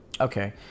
okay